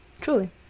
Truly